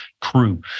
crew